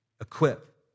equip